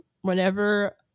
whenever